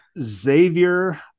Xavier